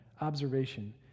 observation